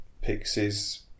Pixies